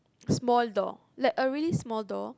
small door like a really small door